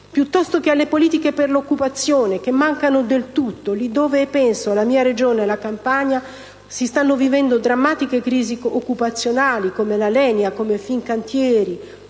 piuttosto che di politiche per l'occupazione, che mancano del tutto, lì dove (e penso alla mia Regione, la Campania) si stanno vivendo drammatiche crisi occupazionali, come quelle di Alenia, Fincantieri